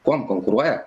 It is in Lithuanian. kuom konkuruoja